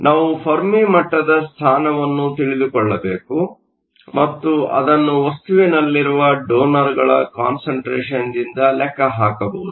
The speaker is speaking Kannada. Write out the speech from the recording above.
ನಾವು ಫೆರ್ಮಿ ಮಟ್ಟದ ಸ್ಥಾನವನ್ನು ತಿಳಿದುಕೊಳ್ಳಬೇಕು ಮತ್ತು ಅದನ್ನು ವಸ್ತುವಿನಲ್ಲಿರುವ ಡೋನರ್ಗಳ ಕಾನ್ಸಂಟ್ರೇಷನ್ದಿಂದ ಲೆಕ್ಕ ಹಾಕಬಹುದು